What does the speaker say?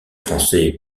français